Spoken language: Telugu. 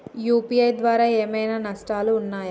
యూ.పీ.ఐ ద్వారా ఏమైనా నష్టాలు ఉన్నయా?